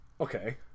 okay